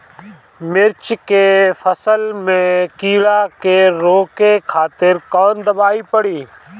मिर्च के फसल में कीड़ा के रोके खातिर कौन दवाई पड़ी?